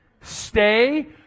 Stay